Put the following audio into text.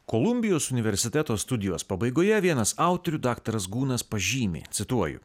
kolumbijos universiteto studijos pabaigoje vienas autorių daktaras gūnas pažymi cituoju